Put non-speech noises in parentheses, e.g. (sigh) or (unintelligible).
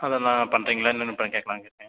அதெலாம் பண்ணுறீங்களா இன்னும் என்ன (unintelligible) கேட்கலான் கேட்டேன்